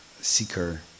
seeker